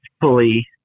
fully